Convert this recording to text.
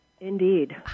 Indeed